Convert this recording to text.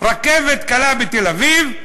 רכבת קלה בתל-אביב,